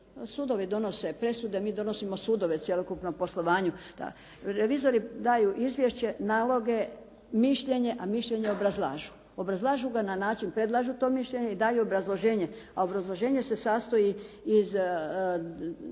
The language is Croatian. Sudovi donose presude, mi donosimo sudove cjelokupnom poslovanju. Revizori daju izvješće, naloge, mišljenje, a mišljenje obrazlažu. Obrazlažu ga na način predlažu to mišljenje i daju obrazloženje, a obrazloženje se sastoji iz